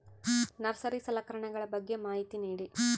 Nursery ಸಲಕರಣೆಗಳ ಬಗ್ಗೆ ಮಾಹಿತಿ ನೇಡಿ?